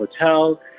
hotel